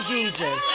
Jesus